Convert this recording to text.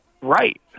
Right